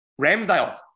Ramsdale